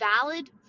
valid